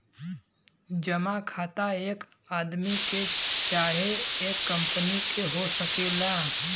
जमा खाता एक आदमी के चाहे एक कंपनी के हो सकेला